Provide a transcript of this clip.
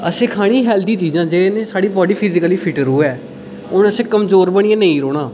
असें खानी हैल्थी चीज़ां जेह्दे नै साढ़ी बाड्डी फिज़िकली फिट र'वै और असें कमजोर बनियै निं रौह्ना